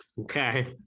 Okay